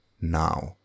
now